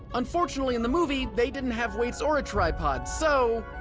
unfortunately, in the movie, they didn't have weights or a tripod, so.